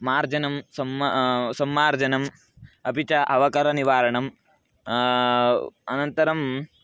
मार्जनं सम्मा सम्मार्जनम् अपि च अवकरनिवारणं अनन्तरं